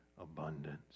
abundance